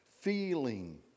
feeling